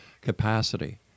capacity